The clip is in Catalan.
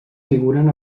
figuren